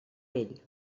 bell